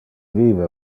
vive